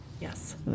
yes